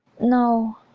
no,